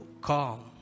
calm